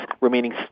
remaining